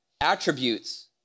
attributes